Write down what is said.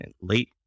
late